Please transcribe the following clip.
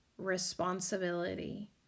Responsibility